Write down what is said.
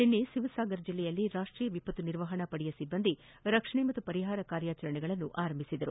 ನಿನ್ನೆ ಸಿವ್ಸಾಗಾರ್ ಜಿಲ್ಲೆಯಲ್ಲಿ ರಾಷ್ಷೀಯ ವಿಪತ್ತು ನಿರ್ವಹಣಾ ಪಡೆಯ ಸಿಬ್ಲಂದಿ ರಕ್ಷಣೆ ಮತ್ತು ಪರಿಹಾರ ಕಾರ್ಯಚರಣೆಗಳನ್ನು ಆರಂಭಿಸಿದರು